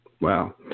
Wow